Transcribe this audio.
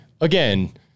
again